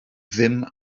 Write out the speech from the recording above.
ddim